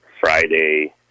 Friday